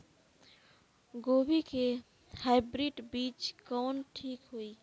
गोभी के हाईब्रिड बीज कवन ठीक होई?